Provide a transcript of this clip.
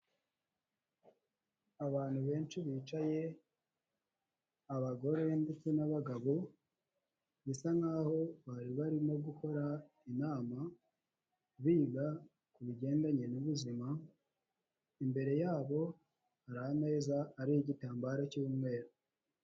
Abantu benshi bicaye abagore ndetse n'abagabo bisa nkaho bari barimo gukora inama biga ku bigendanye n'ubuzima, imbere yabo hari ameza ariho igitambaro cy'umweru.